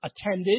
attended